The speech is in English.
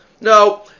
No